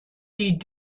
die